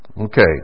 Okay